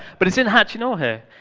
but it's in hachinohe,